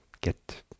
get